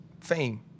fame